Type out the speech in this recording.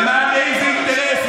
למען איזה אינטרס?